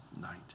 night